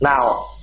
now